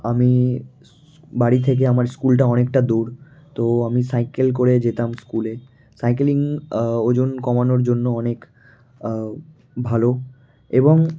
আমি বাড়ি থেকে আমার স্কুলটা অনেকটা দূর তো আমি সাইকেল করে যেতাম স্কুলে সাইকেলিং ওজন কমানোর জন্য অনেক ভালো এবং